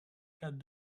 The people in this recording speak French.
cas